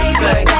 say